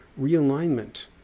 realignment